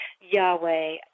Yahweh